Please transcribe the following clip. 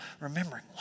Remembering